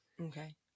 Okay